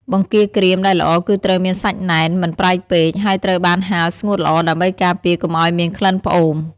បង្គាក្រៀមដែលល្អគឺត្រូវមានសាច់ណែន មិនប្រៃពេក ហើយត្រូវបានហាលស្ងួតល្អដើម្បីការពារកុំឱ្យមានក្លិនផ្អូម។